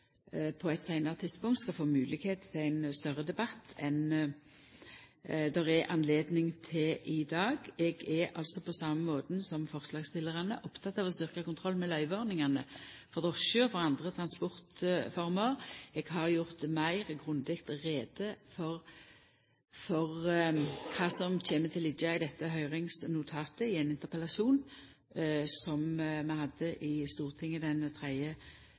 på eit seinare tidspunkt skal få moglegheit til ein større debatt enn det er høve til i dag. Eg er, på same måten som forslagsstillarane, oppteken av å styrkja kontrollen med løyveordningane for drosjer og andre transportformer. Eg har gjort meir grundig greie for kva som kjem til å liggja i dette høyringsnotatet i ein interpellasjon som vi hadde i Stortinget den